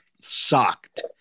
sucked